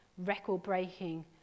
record-breaking